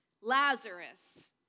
Lazarus